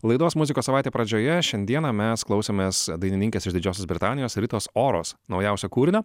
laidos muzikos savaitė pradžioje šiandieną mes klausėmės dainininkės iš didžiosios britanijos ritos oros naujausio kūrinio